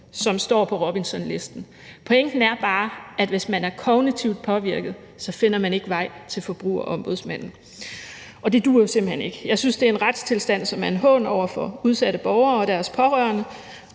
som står på Robinsonlisten. Pointen er bare, at hvis man er kognitivt påvirket, finder man ikke vej til Forbrugerombudsmanden, og det duer jo simpelt hen ikke. Jeg synes, det er en retstilstand, som er en hån over for udsatte borgere og deres pårørende,